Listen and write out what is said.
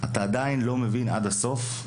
אתה עדיין לא מבין עד הסוף,